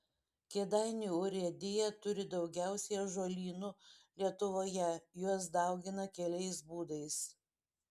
kėdainių urėdija turi daugiausiai ąžuolynų lietuvoje juos daugina keliais būdais